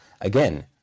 Again